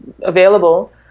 available